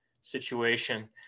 situation